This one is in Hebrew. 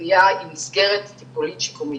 פנימייה היא מסגרת טיפולית שיקומית.